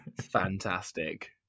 Fantastic